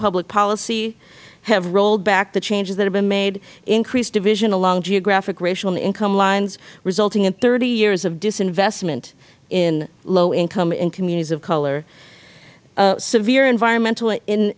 public policy have rolled back the changes that have been made increased division along geographic racial and income lines resulting in thirty years of disinvestment in low income and communities of color severe environmental